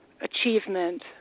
achievement